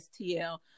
STL